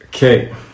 okay